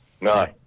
no